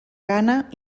gana